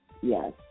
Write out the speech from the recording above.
Yes